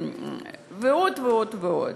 ועוד ועוד ועוד.